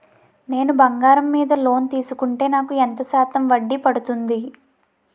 నేను బంగారం మీద లోన్ తీసుకుంటే నాకు ఎంత శాతం వడ్డీ పడుతుంది?